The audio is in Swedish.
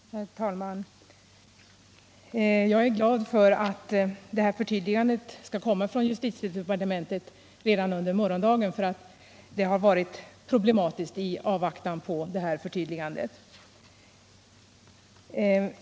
Herr talman! Jag är glad över det förtydligande som skall komma från justitiedepartementet redan under morgondagen. Väntan på ett sådant förtydligande har gjort situationen mycket problematisk för de berörda.